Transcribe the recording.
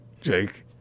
Jake